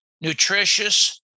nutritious